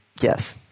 Yes